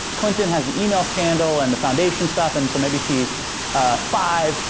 clinton has the email scandal and the foundation stuff, and so maybe she's a five.